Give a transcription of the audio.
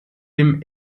dem